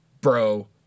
bro